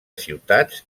ciutats